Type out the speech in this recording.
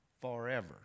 forever